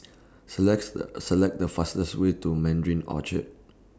selects The A Select The fastest Way to Mandarin Orchard